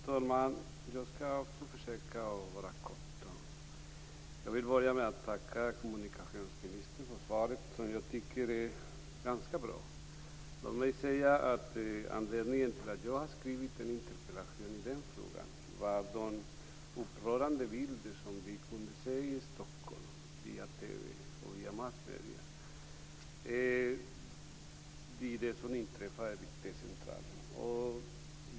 Fru talman! Jag skall också försöka hålla mig kort. Jag vill börja med att tacka kommunikationsministern för svaret, som jag tycker är ganska bra. Låt mig säga att anledningen till att jag har skrivit en interpellation i frågan var de upprörande bilder som vi kunde se i Stockholm via TV och andra massmedier av det som inträffade vid T-Centralen.